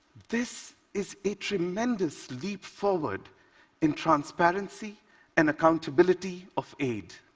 this is a tremendous leap forward in transparency and accountability of aid.